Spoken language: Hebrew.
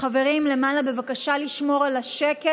בבקשה לשמור על השקט.